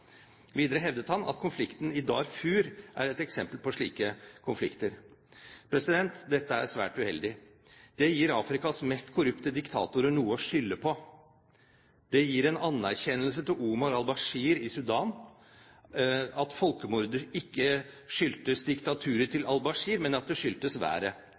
Videre hevdet han at konflikten i Darfur er et eksempel på slike konflikter. Dette er svært uheldig. Det gir Afrikas mest korrupte diktatorer noe å skylde på. Det gir en anerkjennelse til Omar el-Bashir i Sudan, at folkemordet ikke skyldtes diktaturet til el-Bashir, men at det skyldtes været.